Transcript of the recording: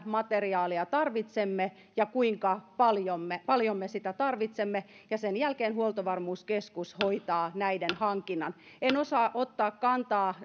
materiaalia tarvitsemme ja kuinka paljon me paljon me sitä tarvitsemme sen jälkeen huoltovarmuuskeskus hoitaa näiden hankinnan en osaa ottaa kantaa